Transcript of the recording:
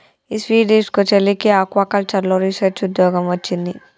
ఈ స్వీట్ తీస్కో, చెల్లికి ఆక్వాకల్చర్లో రీసెర్చ్ ఉద్యోగం వొచ్చింది